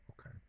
okay